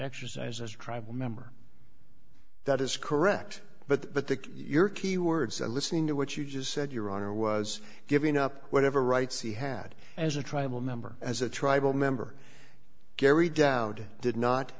exercise as tribal member that is correct but the your key words and listening to what you just said your honor was giving up whatever rights he had as a tribal member as a tribal member gary down did not